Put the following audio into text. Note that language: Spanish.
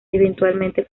eventualmente